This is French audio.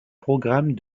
programmes